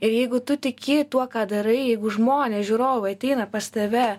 ir jeigu tu tiki tuo ką darai jeigu žmonės žiūrovai ateina pas tave